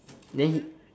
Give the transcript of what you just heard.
then he